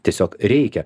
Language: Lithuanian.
tiesiog reikia